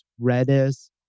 Redis